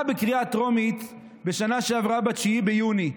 בקריאה הטרומית בשנה שעברה ב-9 ביוני,